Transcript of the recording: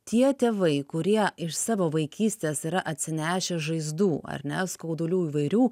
tie tėvai kurie iš savo vaikystės yra atsinešę žaizdų ar ne skaudulių įvairių